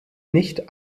nicht